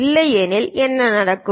இல்லையெனில் என்ன நடக்கும்